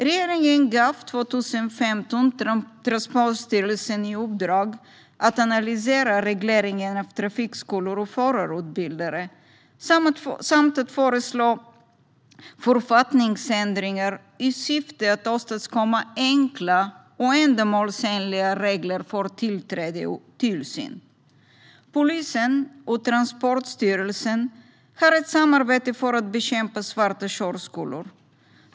År 2015 gav regeringen Transportstyrelsen i uppdrag att analysera regleringen av trafikskolor och förarutbildare samt att föreslå författningsändringar i syfte att åstadkomma enkla och ändamålsenliga regler för tillträde och tillsyn. Polisen och Transportstyrelsen samarbetar för att bekämpa förekomsten av svarta körskolor.